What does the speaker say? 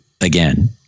again